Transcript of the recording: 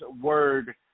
word